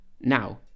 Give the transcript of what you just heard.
Now